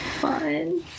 Fun